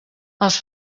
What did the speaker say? els